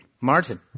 Martin